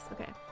Okay